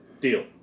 Deal